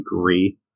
agree